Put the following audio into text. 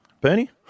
Bernie